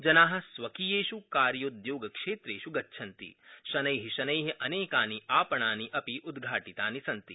जना स्वकीयेष् कार्योयोगक्षेत्रेष् गच्छन्ति शनै शनै अनेकानि आपणानि अपि उद्घाटितानि सन्ति